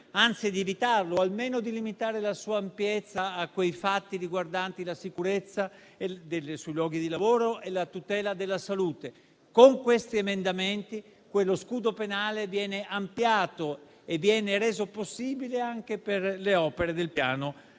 anzi di evitarlo o almeno di limitare la sua ampiezza ai fatti riguardanti la sicurezza sui luoghi di lavoro e la tutela della salute. Con questi emendamenti quello scudo penale viene ampliato e viene reso possibile anche per le opere del piano